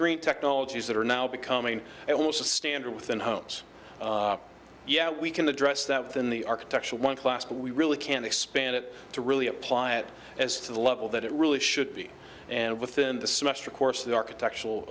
green technologies that are now becoming almost a standard within homes yeah we can address that within the architecture one class but we really can't expand it to really apply it as to the level that it really should be and within the semester course the architectural